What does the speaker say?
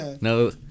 No